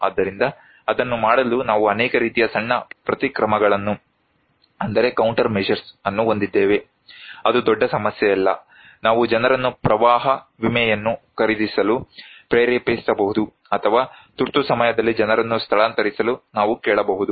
ಆದ್ದರಿಂದ ಅದನ್ನು ಮಾಡಲು ನಾವು ಅನೇಕ ರೀತಿಯ ಸಣ್ಣ ಪ್ರತಿಕ್ರಮಗಳನ್ನು ಹೊಂದಿದ್ದೇವೆ ಅದು ದೊಡ್ಡ ಸಮಸ್ಯೆಯಲ್ಲ ನಾವು ಜನರನ್ನು ಪ್ರವಾಹ ವಿಮೆಯನ್ನು ಖರೀದಿಸಲು ಪ್ರೇರೇಪಿಸಬಹುದು ಅಥವಾ ತುರ್ತು ಸಮಯದಲ್ಲಿ ಜನರನ್ನು ಸ್ಥಳಾಂತರಿಸಲು ನಾವು ಕೇಳಬಹುದು